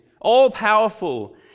all-powerful